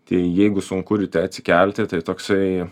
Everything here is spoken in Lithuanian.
tai jeigu sunku ryte atsikelti tai toksai